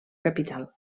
capital